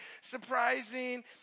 surprising